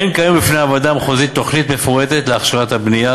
אין כיום בפני הוועדה המחוזית תוכנית מפורטת להכשרת הבנייה,